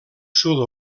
sud